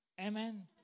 Amen